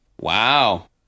Wow